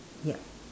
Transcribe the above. ya